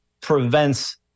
prevents